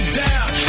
down